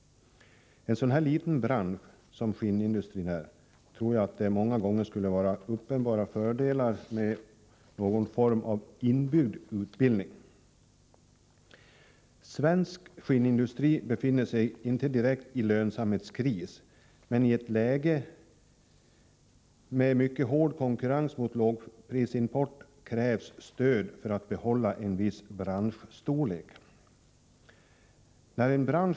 När det gäller en så liten bransch som skinnindustrin tror jag att någon form av inbyggd utbildning många gånger skulle innebära uppenbara fördelar. Svensk skinnindustri befinner sig inte direkt i en lönsamhetskris. Men i ett läge med mycket hård konkurrens med lågprisimport krävs det stöd för att en viss branschstorlek skall kunna behållas.